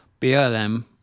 BLM